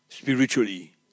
Spiritually